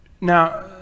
Now